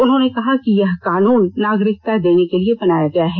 उन्होंने कहा कि यह कानून नागरिकता देने के लिए बनाया गया है